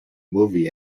movie